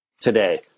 today